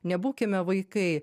nebūkime vaikai